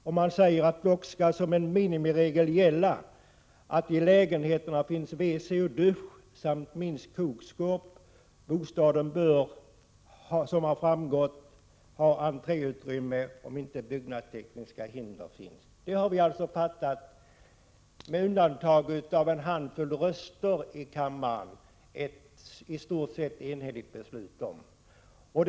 Bostadsutskottet säger: Dock skall som ett minimiregel gälla att det i lägenheterna finns wc och dusch samt minst kokskåp. Bostaden bör ha — som har framgått — entréutrymme, om inte byggnadstekniska hinder finns. Med undantag av några få röster har vi alltså här i kammaren fattat ett i stort sett enhälligt beslut om detta.